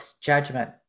judgment